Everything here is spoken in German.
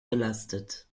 belastet